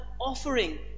offering